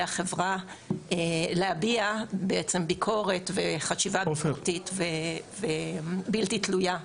החברה להביע ביקורת וחשיבה ביקורתית ובלתי תלויה.